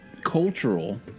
cultural